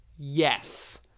Yes